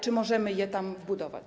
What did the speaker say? Czy możemy je tam wbudować?